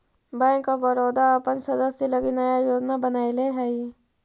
bank of Baroda अपन सदस्य लगी नया योजना बनैले हइ